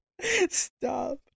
Stop